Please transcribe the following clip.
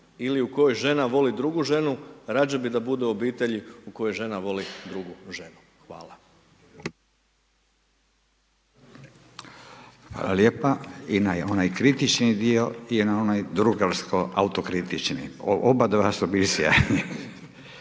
ili u kojoj žena voli drugu ženu, rađe bi da bude u obitelji u kojoj žena voli ženu. Hvala. **Radin, Furio (Nezavisni)** Hvala lijepa, i na onaj kritični dio i na onaj drugarsko autokritični, oba dva su bili sjajni.